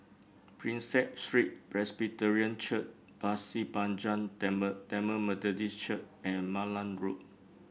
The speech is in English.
Prinsep Street Presbyterian Church Pasir Panjang Tamil Tamil Methodist Church and Malan Road